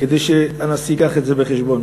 כדי שהנשיא יביא את זה בחשבון.